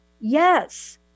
yes